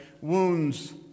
wounds